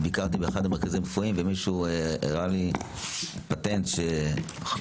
ביקרתי באחד המרכזים הרפואיים ומישהו הראה לי פטנט שכדאי,